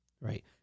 Right